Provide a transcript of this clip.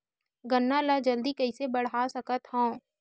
गन्ना ल जल्दी कइसे बढ़ा सकत हव?